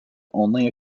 only